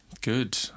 Good